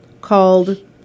called